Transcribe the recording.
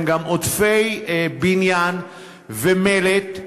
הם גם עודפי בניין ומלט.